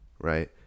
right